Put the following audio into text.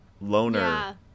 loner